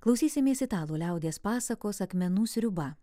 klausysimės italų liaudies pasakos akmenų sriuba